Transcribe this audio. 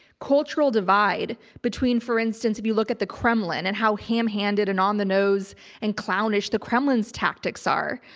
cultural divide between, for instance, if you look at the kremlin and how ham handed and on the nose and clownish the kremlin's tactics are,